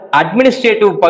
administrative